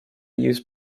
used